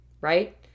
right